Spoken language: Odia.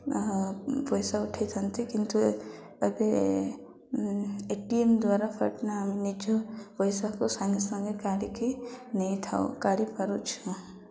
ପଇସା ଉଠେଇଥାନ୍ତି କିନ୍ତୁ ଏବେ ଏଟିଏମ ଦ୍ଵାରା ଆମେ ନିଜ ପଇସାକୁ ସାଙ୍ଗେ ସାଙ୍ଗେ କାଢ଼ିକି ନେଇଥାଉ କାଢ଼ି ପାରୁଛୁ